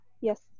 Yes